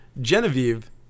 Genevieve